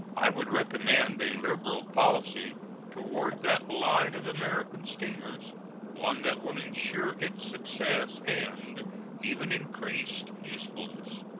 i would recommend a liberal policy toward that line of american steamers one that will insure its success, and even increased usefulness.